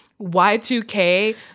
Y2K